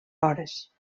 hores